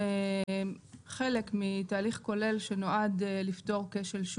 אם כבר הזכרת את המהירות שהרגולטורים יכולים לפעול,